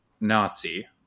Nazi